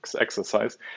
exercise